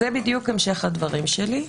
זה בדיוק המשך הדברים שלי.